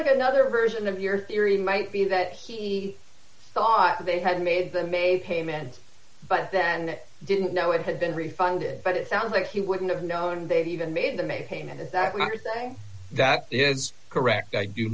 like another version of your theory might be that he thought they had made them a payment but then didn't know it had been refunded but it sounds like he wouldn't have known they even made them a payment is that another thing that is correct i do